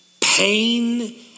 Pain